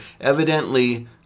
evidently